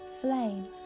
flame